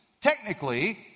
technically